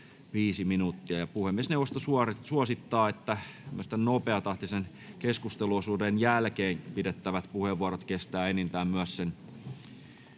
Puhemiesneuvosto suosittaa, että nopeatahtisen keskusteluosuuden jälkeenkin pidettävät puheenvuorot kestävät enintään